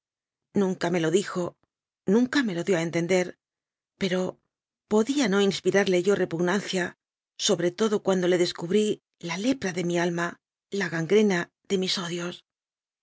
nunca me lo dijo nunca me lo dio a entender pero podía no inspirarle yó repug nancia sobre todo cuando le descubrí la lepra de mi alma la gangrena de mis odios